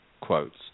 quotes